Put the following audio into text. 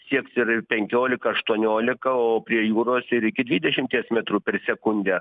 sieks ir ir penkiolika aštuoniolika o prie jūros ir iki dvidešimties metrų per sekundę